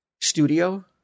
Studio